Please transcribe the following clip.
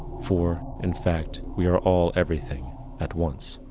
for in fact, we are all everything at once.